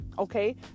Okay